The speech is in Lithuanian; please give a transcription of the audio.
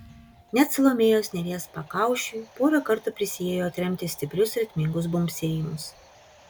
net salomėjos nėries pakaušiui porą kartų prisiėjo atremti stiprius ritmingus bumbsėjimus